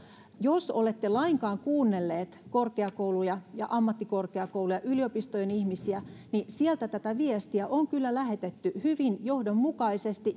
jos olette lainkaan kuunnelleet korkeakouluja ja ammattikorkeakouluja yliopistojen ihmisiä niin sieltä tätä viestiä on kyllä lähetetty hyvin johdonmukaisesti